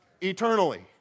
Eternally